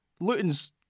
Luton's